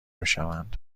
میشوند